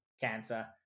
cancer